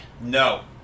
No